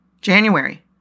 January